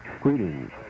Greetings